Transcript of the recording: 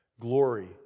Glory